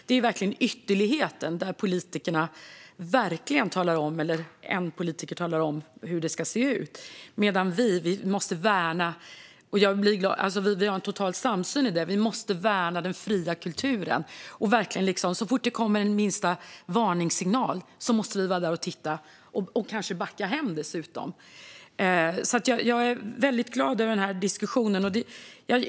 Det är verkligen ytterligheten, där en politiker talar om hur det ska se ut. Jag är glad att vi har en total samsyn om att vi måste värna den fria kulturen. Så fort det kommer minsta varningssignal måste vi vara där och titta och kanske dessutom backa hem. Jag är väldigt glad över den här diskussionen.